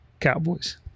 Cowboys